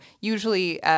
usually –